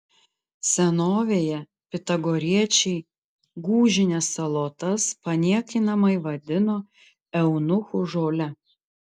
senovėje pitagoriečiai gūžines salotas paniekinamai vadino eunuchų žole